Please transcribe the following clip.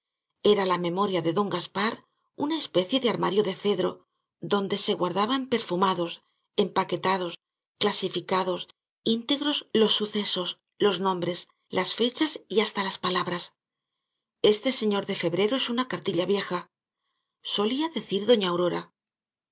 era la memoria de don gaspar una especie de armario de cedro donde se guardaban perfumados empaquetados clasificados íntegros los sucesos los nombres las fechas y hasta las palabras este señor de febrero es una cartilla vieja solía decir doña aurora